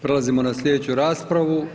Prelazimo na slijedeću raspravu.